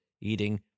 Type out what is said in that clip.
eating